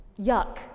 Yuck